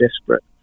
desperate